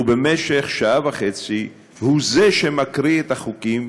ובמשך שעה וחצי הוא זה שמקריא את החוקים,